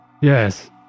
Yes